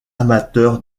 amateur